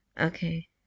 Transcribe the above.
okay